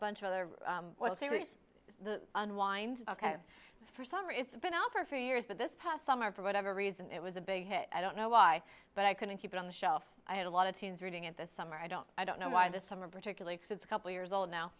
bunch of other series to unwind ok for summer it's been out for a few years but this past summer for whatever reason it was a big hit i don't know why but i couldn't keep it on the shelf i had a lot of teens reading it this summer i don't i don't know why this summer particularly if it's a couple years old now